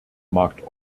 markt